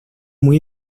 muy